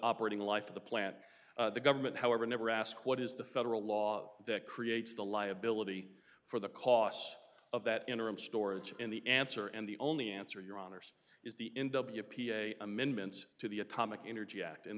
operating life of the plant the government however never asked what is the federal law that creates the liability for the costs of that interim storage in the answer and the only answer your honor's is the in w p a amendments to the atomic energy act in